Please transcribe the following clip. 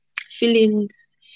feelings